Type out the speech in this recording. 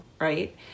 right